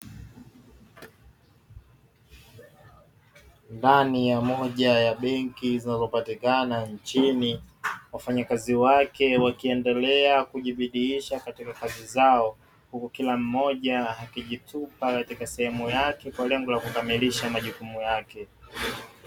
Ndani ya moja ya benki zinazopatikana nchini wafanyakazi wake wakiendelea kujibidiisha katika kazi zao, huku kila mmoja akijitupa katika sehemu yake kwa lengo la kukamilisha majukumu yake.